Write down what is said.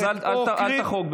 אז אל תחרוג,